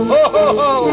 Ho-ho-ho